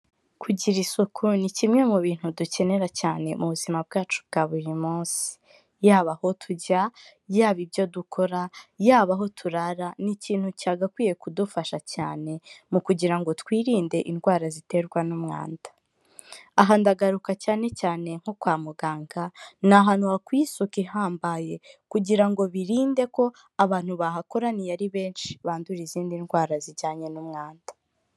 Kugira isuku ni kimwe mu bintu dukenera cyane mu buzima bwacu bwa buri munsi, yaba aho tujya, yaba ibyo dukora, yaba aho turara, ni ikintu cyagakwiye kudufasha cyane mu kugira ngo twirinde indwara ziterwa n'umwanda. Aha ndagaruka cyane cyane nko kwa muganga, ni ahantu hakwiye isuka ihambaye kugira ngo birinde ko abantu bahakoraniye ari benshi bandura izindi ndwara zijyanye n'umwanda.